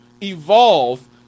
evolve